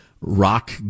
rock